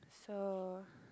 so